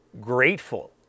grateful